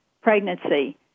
pregnancy